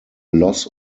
loss